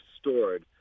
stored